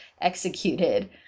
executed